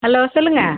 hello சொல்லுங்க